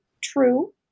true